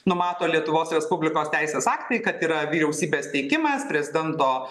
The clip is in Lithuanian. numato lietuvos respublikos teisės aktai kad yra vyriausybės teikimas prezidento